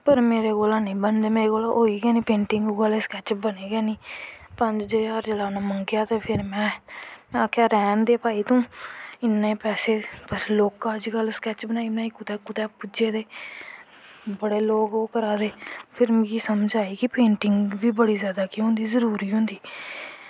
पर मेरे कोला दा होई गै नी पेंटिंग उऐ जेह् स्कैच गै नीं पंज ज्हार जिसलै उनैं मंगेआ ते फिर में आक्खेआ रैह्न दे तूं इन्नें पैसे लोग स्कैच बनाई बनाई कुतै कुतै पुज्जे दे बड़े लोग ओह् करा दे फिर मिगी समझ आई कि पेंटिंग बी बड़ा जादा केह् होंदा जरूरी होंदी